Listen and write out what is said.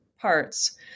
parts